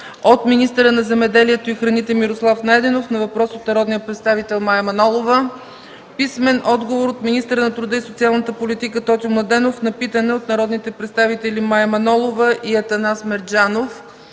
от министъра на земеделието и храните Мирослав Найденов на въпрос от народния представител Мая Манолова; - от министъра на труда и социалната политика Тотю Младенов на питане от народните представители Мая Манолова и Атанас Мерджанов;